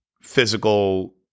physical